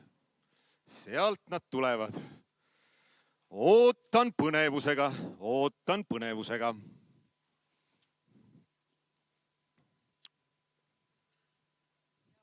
Sealt nad tulevad. Ootan põnevusega, ootan põnevusega.